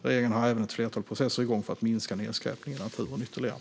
Regeringen har även ett flertal processer i gång för att minska nedskräpningen i naturen ytterligare.